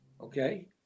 Okay